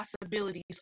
possibilities